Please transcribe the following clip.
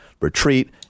retreat